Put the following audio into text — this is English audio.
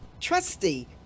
trusty